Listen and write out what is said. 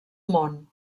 món